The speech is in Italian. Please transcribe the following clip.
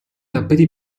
tappeti